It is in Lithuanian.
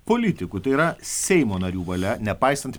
politikų tai yra seimo narių valia nepaisant